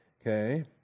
Okay